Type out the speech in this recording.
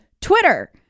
Twitter